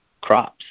crops